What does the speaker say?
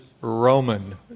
Roman